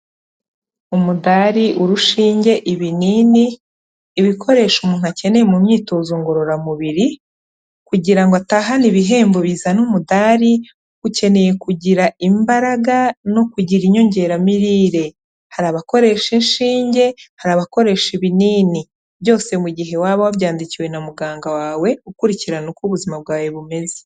Umudari, urushinge, ibinini, ibikoresho umuntu akeneye mu myitozo ngororamubiri kugira ngo atahane ibihembo bizana umudari. Ukeneye kugira imbaraga no kugira inyongeramirire, hari abakoresha inshinge, hari abakoresha ibinini byose mu gihe waba wabyandikiwe na muganga wawe ukurikirana uko ubuzima bwawe bumeze.